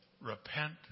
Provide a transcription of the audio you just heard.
Repent